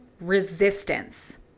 resistance